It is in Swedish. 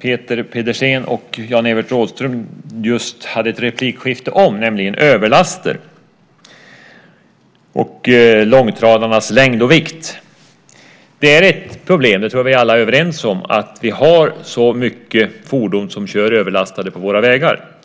Peter Pedersen och Jan-Evert Rådhström just hade ett replikskifte om, nämligen överlaster och långtradarnas längd och vikt. Det är ett problem att vi har så många fordon som kör överlastade på våra vägar. Det tror att vi alla är överens om.